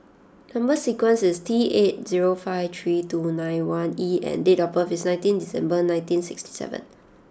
number sequence is T eight zero five three two nine one E and date of birth is nineteen December nineteen sixty seven